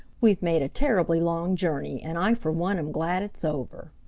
we've made a terribly long journey, and i for one am glad it's over.